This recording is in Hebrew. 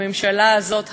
בממשלה הזאת,